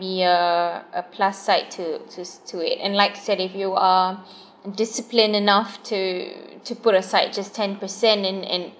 be a a plus side to to to it and like said if you are disciplined enough to to put aside just ten percent and and